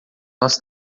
nós